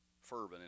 fervent